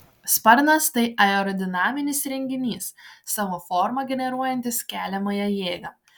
sparnas tai aerodinaminis įrenginys savo forma generuojantis keliamąją jėgą